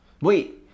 wait